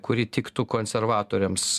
kuri tiktų konservatoriams